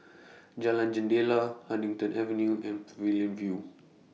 Jalan Jendela Huddington Avenue and Pavilion View